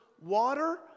water